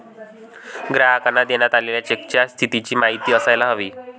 ग्राहकांना देण्यात आलेल्या चेकच्या स्थितीची माहिती असायला हवी